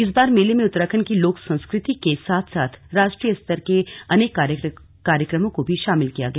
इस बार मेले में उत्तराखण्ड की लोक संस्कृतिक के साथ साथ राष्ट्रीय स्तर के अनेक कार्यक्रमों को भी शामिल किया गया